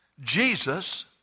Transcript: Jesus